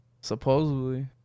Supposedly